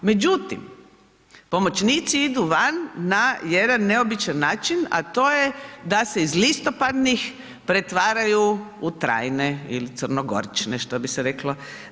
Međutim, pomoćnici idu van na jedan neobičan način, a to je da se iz listopadnih pretvaraju u trajne ili crnogorične, što bi se reklo.